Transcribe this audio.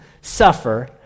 suffer